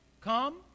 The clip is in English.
come